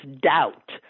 doubt